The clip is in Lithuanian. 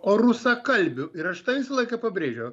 o rusakalbių ir aš tai visą laiką pabrėžiu